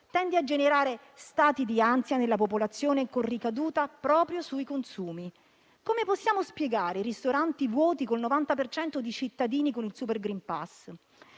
tende a generare stati di ansia nella popolazione con ricaduta proprio sui consumi. Come possiamo spiegare ristoranti vuoti con il 90 per cento di cittadini con il *super* *green pass*?